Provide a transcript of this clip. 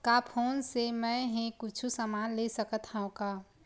का फोन से मै हे कुछु समान ले सकत हाव का?